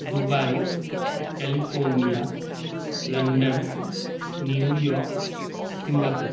Dubai California London New York Singapore